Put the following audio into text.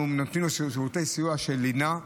אנחנו נותנים לו שירותי סיוע של לינה,